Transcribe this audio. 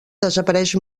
desapareix